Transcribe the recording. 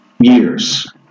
years